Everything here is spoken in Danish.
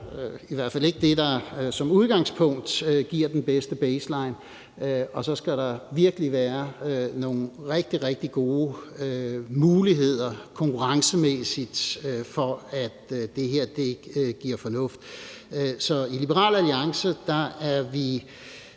i hvert fald ikke det, der som udgangspunkt giver den bedste baseline, og så skal der virkelig være nogle rigtig, rigtig gode muligheder konkurrencemæssigt, for at det her bliver fornuftigt. Så i Liberal Alliance er vi